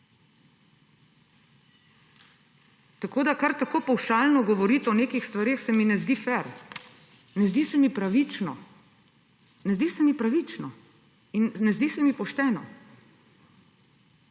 Tako da kar tako pavšalno govoriti o nekih stvareh, se mi ne zdi fer, ne zdi se mi pravično. Ne zdi se mi pravično in ne zdi se mi pošteno.